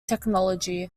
technology